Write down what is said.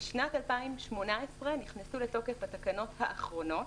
בשנת 2018 נכנסו לתוקף התקנות האחרונות,